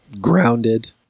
grounded